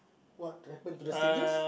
what happen to the saviors